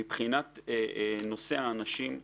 מבחינת נושא האנשים,